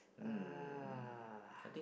uh